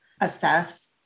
assess